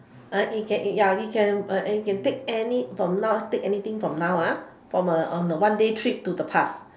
uh it can eh ya you can uh you can take any from now take anything from now ah from uh on the one day trip to the past